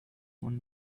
one